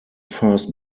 first